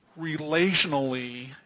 relationally